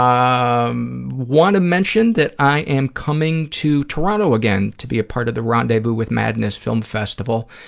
i um want to mention that i am coming to toronto again to be a part of the rendezvous with madness film festival,